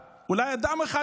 חשבתי שאתם מדברים על 20 מתים.